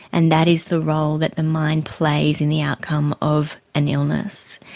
and that is the role that the mind plays in the outcome of an illness.